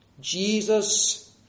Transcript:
Jesus